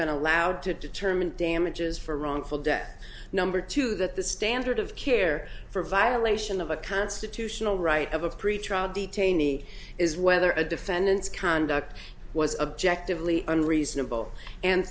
been allowed to determine damages for wrongful death number two that the standard of care for violation of a constitutional right of a pretrial detainee is whether a defendant's conduct was objectively unreasonable and